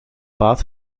baat